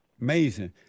Amazing